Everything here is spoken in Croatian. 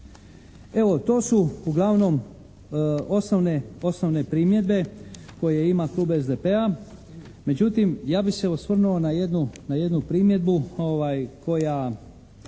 Evo to su uglavnom osnovne primjedbe koje ima klub SDP-a. Međutim ja bih se osvrnuo na jednu primjedbu koja,